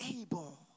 able